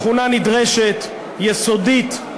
תכונה נדרשת, יסודית,